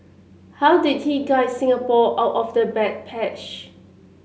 how did he guide Singapore out of the bad patch